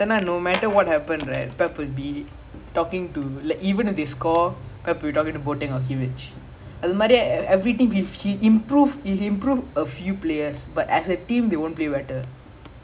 oh ya ஆமா ஆமா:aamaa aamaa